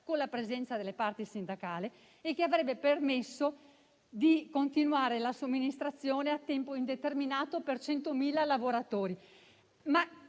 alla presenza delle parti sindacali, che avrebbe permesso di continuare la somministrazione a tempo indeterminato per 100.000 lavoratori.